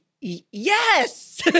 Yes